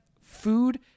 food